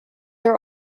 are